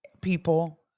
people